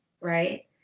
Right